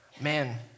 man